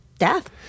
Death